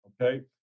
okay